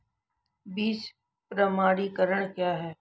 बीज प्रमाणीकरण क्या है?